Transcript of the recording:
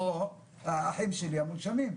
האחים שלי המונשמים.